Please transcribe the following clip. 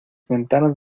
ventanas